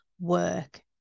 work